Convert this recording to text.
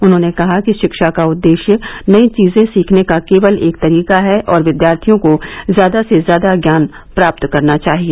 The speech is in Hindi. उन्होंने कहा कि शिक्षा का उद्देश्य नई चीजें सीखने का केवल एक तरीका है और विदयार्थियों को ज्यादा से ज्यादा ज्ञान प्राप्त करना चाहिए